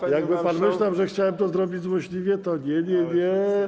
A jakby pan myślał, że chciałem to zrobić złośliwie, to nie, nie.